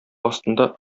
астында